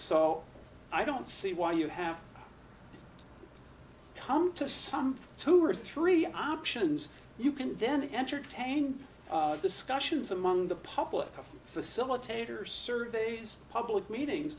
so i don't see why you have come to some two or three options you can then entertain discussions among the public facilitators surveys public meetings